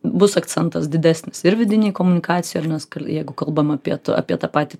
bus akcentas didesnis ir vidinei komunikacijai ar ne jeigu kalbam apie ta apie tą patį